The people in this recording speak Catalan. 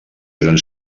eren